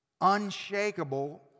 unshakable